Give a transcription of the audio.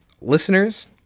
listeners